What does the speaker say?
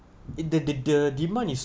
in the the the demand is